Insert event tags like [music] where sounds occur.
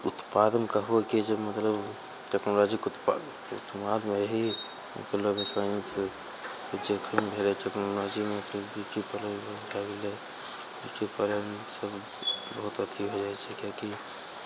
उत्पादन कहु कि जे मतलब टेक्नोलॉजीके उत्पाद दिमागमे यही [unintelligible] साइंसके जखन भेलय टेक्नोलॉजीमे ब्यूटी पार्लर भए गेलै ब्यूटी पार्लरमे सब बहुत अथी हो जाइ छै किएक कि